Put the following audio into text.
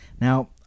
Now